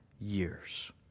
years